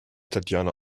tatjana